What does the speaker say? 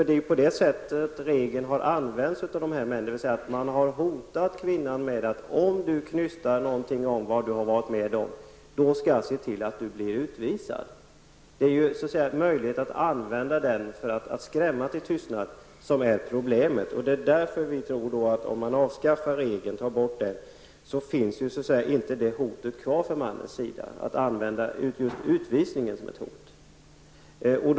Det är ju på det sättet denna regel har använts av dessa män, dvs. att de har hotat kvinnan med att säga: Om du knystar någonting om vad du har varit med om, skall jag se till att du blir utvisad. Det är alltså möjligheten att använda denna regel för att skrämma kvinnorna till tystnad som är problemet. Vi tror därför att om man avskaffar denna regel finns denna möjlighet till hot om utvisning från mannens sida inte längre kvar.